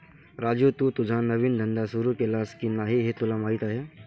राजू, तू तुझा नवीन धंदा सुरू केलास की नाही हे तुला माहीत आहे